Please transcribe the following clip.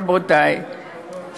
רבותי,